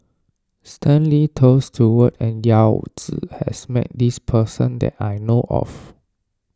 Stanley Toft Stewart and Yao Zi has met this person that I know of